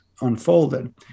unfolded